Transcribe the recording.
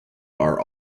are